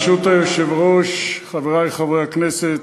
ברשות היושב-ראש, חברי חברי הכנסת,